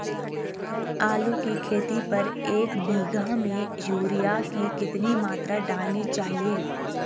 आलू की खेती पर एक बीघा में यूरिया की कितनी मात्रा डालनी चाहिए?